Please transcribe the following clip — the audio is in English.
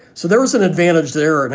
so there was an advantage there. and,